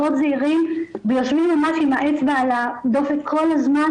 מאוד זהירים ויושבים ממש עם האצבע על הדופק כל הזמן